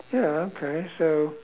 ya okay so